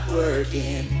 working